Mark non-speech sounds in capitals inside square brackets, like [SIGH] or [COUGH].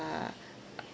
uh [NOISE]